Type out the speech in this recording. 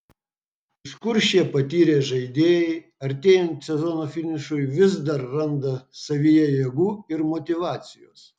iš kur šie patyrę žaidėjai artėjant sezono finišui vis dar atranda savyje jėgų ir motyvacijos